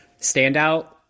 Standout